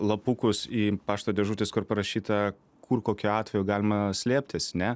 lapukus į pašto dėžutes kur parašyta kur kokiu atveju galima slėptis ne